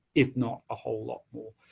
if not a whole lot more.